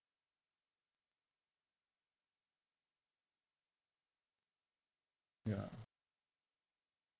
ya